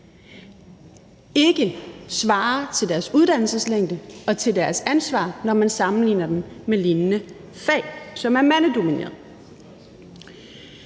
ikke svarer til deres uddannelseslængde og til deres ansvar, når man sammenligner dem med lignende fag, som er mandedomineret.